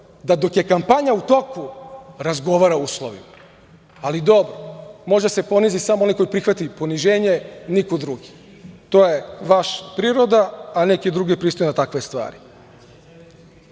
da dok je kampanja u toku razgovara o uslovima, ali dobro. Može da se ponizi samo onaj koji prihvati poniženje. Niko drugi. To je vaša priroda, a neki drugi pristaju na takve stvari. Još